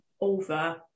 over